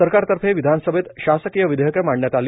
सरकारतर्फे विधानसभेत शासकिय विधयेक मांडण्यात आली